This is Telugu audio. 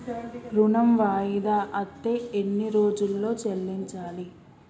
ఋణం వాయిదా అత్తే ఎన్ని రోజుల్లో చెల్లించాలి?